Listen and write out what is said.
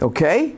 Okay